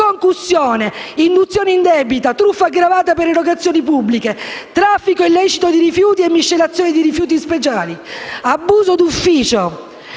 concussione, induzione indebita, truffa aggravata per erogazioni pubbliche, traffico illecito di rifiuti e miscelazione di rifiuti speciali, abuso d'ufficio.